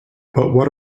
what